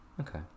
okay